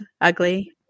ugly